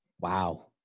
Wow